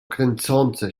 kręcące